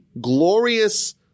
glorious